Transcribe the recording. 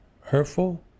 hurtful